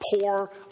poor